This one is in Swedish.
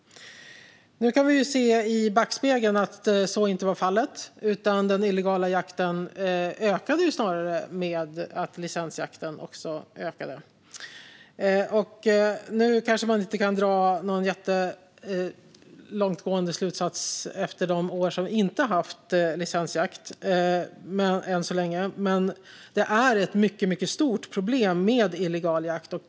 Nu kan vi se i backspegeln att så inte blev fallet. Den illegala jakten ökade snarare i och med att licensjakten ökade. Man kanske inte än så länge kan dra alltför långtgående slutsatser efter de år som vi inte har haft licensjakt, men illegal jakt är ett mycket stort problem.